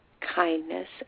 kindness